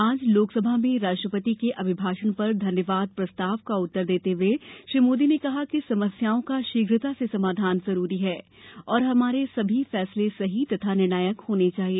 आज लोकसभा में राष्ट्रपति के अभिभाषण पर धन्यवाद प्रस्ताव का उत्तर देर्ते हुए श्री मोदी ने कहा कि समस्याओं का शीघ्रता से समाधान जरूरी है और हमारे सभी फैसले सही तथा निर्णायक होने चाहिए